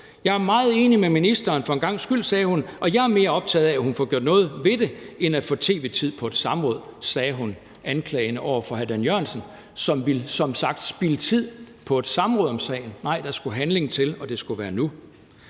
»Jeg er meget enig med ministeren for en gangs skyld, og jeg er mere optaget af, at hun får gjort noget ved det end at få tv-tid på et samråd«. Det sagde fru Sofie Carsten Nielsen anklagende over for hr. Dan Jørgensen, der som sagt ville spilde tid på et samråd om sagen. Nej, der skulle handling til, og det skulle være nu.